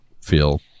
feel